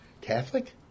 Catholic